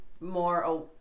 more